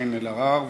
קארין אלהרר,